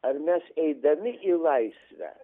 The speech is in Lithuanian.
ar mes eidami į laisvę